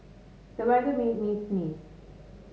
the weather made me sneeze